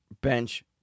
bench